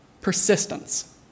Persistence